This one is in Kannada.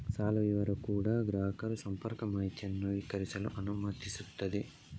ಸಾಲ ವಿವರ ಕೂಡಾ ಗ್ರಾಹಕರು ಸಂಪರ್ಕ ಮಾಹಿತಿಯನ್ನು ನವೀಕರಿಸಲು ಅನುಮತಿಸುತ್ತದೆ